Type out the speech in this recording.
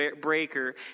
breaker